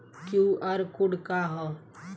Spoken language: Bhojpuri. क्यू.आर कोड का ह?